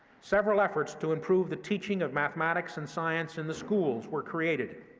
several efforts to improve the teaching of mathematics and science in the schools were created,